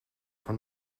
von